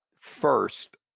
first